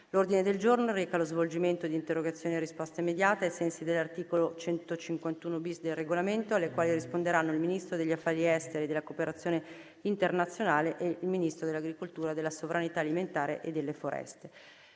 L'ordine del giorno reca lo svolgimento di interrogazioni a risposta immediata (cosiddetto *question time*), ai sensi dell'articolo 151-*bis* del Regolamento, alle quali risponderanno il Ministro degli affari esteri e della cooperazione internazionale e il Ministro dell'agricoltura, della sovranità alimentare e delle foreste.